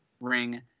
ring